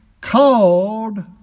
called